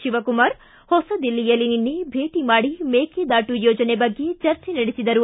ಶಿವಕುಮಾರ್ ಹೊಸದಿಲ್ಲಿಯಲ್ಲಿ ನಿನ್ನೆ ಭೇಟ ಮಾಡಿ ಮೇಕೆದಾಟು ಯೋಜನೆ ಬಗ್ಗೆ ಚರ್ಚೆ ನಡೆಸಿದರು